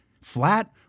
flat